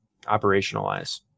operationalize